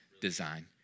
design